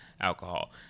alcohol